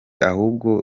ahubwo